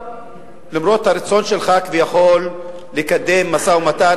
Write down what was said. למרות הרצון שלך כביכול לקדם משא-ומתן,